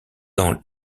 dans